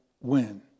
win